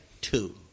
Two